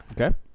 Okay